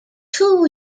two